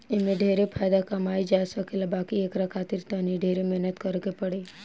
एमे ढेरे फायदा कमाई जा सकेला बाकी एकरा खातिर तनी ढेरे मेहनत करे के पड़ी